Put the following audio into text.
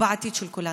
ובעתיד של כולנו.